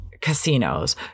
casinos